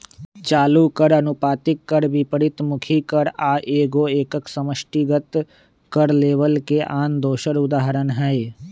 चालू कर, अनुपातिक कर, विपरितमुखी कर आ एगो एकक समष्टिगत कर लेबल के आन दोसर उदाहरण हइ